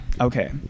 Okay